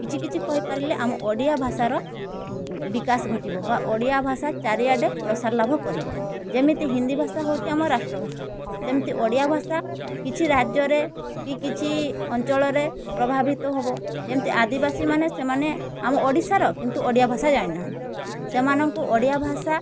କିଛି କିଛି କହି ପାରିଲେ ଆମ ଓଡ଼ିଆ ଭାଷାର ବିକାଶ ଘଟିବ ବା ଓଡ଼ିଆ ଭାଷା ଚାରିଆଡ଼େ ପ୍ରସାର ଲାଭ କରିବ ଯେମିତି ହିନ୍ଦୀ ଭାଷା ହେଉଛି ଆମ ରାଷ୍ଟ୍ର ଭାଷା ସେମିତି ଓଡ଼ିଆ ଭାଷା କିଛି ରାଜ୍ୟରେ କି କିଛି ଅଞ୍ଚଳରେ ପ୍ରଭାବିତ ହବ ଯେମିତି ଆଦିବାସୀମାନେ ସେମାନେ ଆମ ଓଡ଼ିଶାର କିନ୍ତୁ ଓଡ଼ିଆ ଭାଷା ଜାଣିନାହାଁନ୍ତି ସେମାନଙ୍କୁ ଓଡ଼ିଆ ଭାଷା